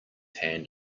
hand